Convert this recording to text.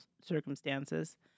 circumstances